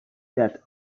that